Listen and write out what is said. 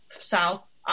south